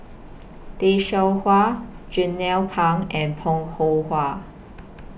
Tay Seow Huah Jernnine Pang and Bong Hiong Hwa